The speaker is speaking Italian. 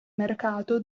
mercato